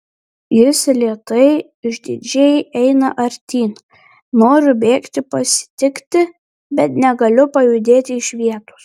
jis lėtai išdidžiai eina artyn noriu bėgti pasitikti bet negaliu pajudėti iš vietos